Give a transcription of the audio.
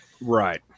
Right